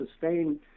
sustain